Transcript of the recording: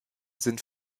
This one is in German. sind